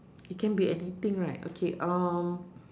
it can be anything right okay um